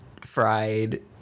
fried